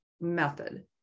method